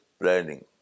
planning